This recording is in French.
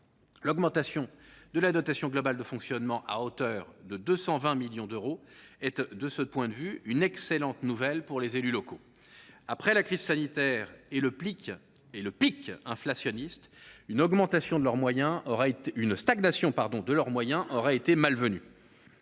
l’augmentation de la dotation globale de fonctionnement, à hauteur de 220 millions d’euros, est une excellente nouvelle pour les élus locaux. Après la crise sanitaire et le pic inflationniste, une stagnation de leurs moyens aurait été malvenue.